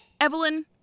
Evelyn